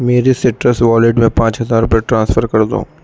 میرے سٹرس والیٹ میں پانچ ہزار روپے ٹرانسفر کر دو